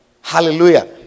Hallelujah